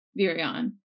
virion